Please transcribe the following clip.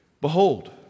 Behold